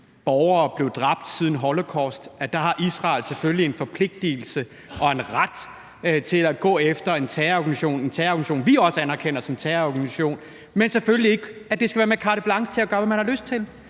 borgere siden holocaust blev dræbt, har Israel selvfølgelig en forpligtelse og en ret til at gå efter en terrororganisation, som vi også anerkender som terrororganisation, men det skal selvfølgelig ikke være med carte blanche til at gøre, hvad man har lyst til.